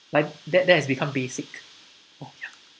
but that that has become basic oh ya